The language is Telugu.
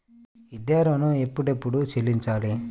విద్యా ఋణం ఎప్పుడెప్పుడు చెల్లించాలి?